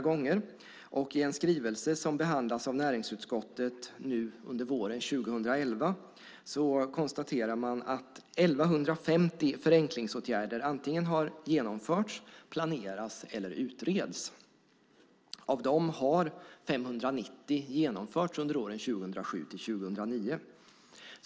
I en skrivelse som behandlas av näringsutskottet nu under våren 2011 konstaterar man att 1 150 förenklingsåtgärder antingen har genomförts, planeras eller utreds. Av dem har 590 genomförts under åren 2007-2009.